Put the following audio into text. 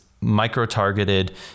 micro-targeted